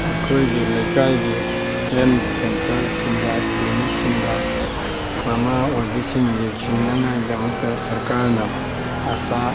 ꯑꯩꯈꯣꯏꯒꯤ ꯂꯩꯀꯥꯏꯒꯤ ꯍꯦꯟ ꯁꯦꯟꯇ꯭ꯔꯁꯤꯡꯗ ꯀ꯭ꯂꯤꯅꯤꯝꯁꯤꯡꯗ ꯃꯃꯥ ꯑꯣꯏꯕꯤꯁꯤꯡ ꯌꯦꯡꯁꯤꯟꯅꯉꯥꯏ ꯗꯃꯛꯇ ꯁ꯭ꯔꯀꯥꯔꯅ ꯑꯁꯥ